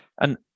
And-